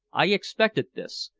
i expected this!